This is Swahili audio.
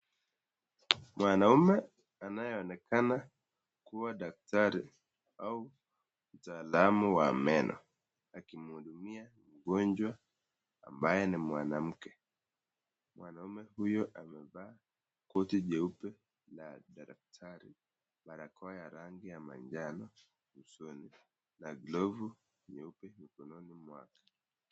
Mwanaume anayeonekana kuwa daktari au mtaalamu wa meno akimhudumia mgonjwa ambaye ni mwanamke. Mwanaume huyo amevaa koti j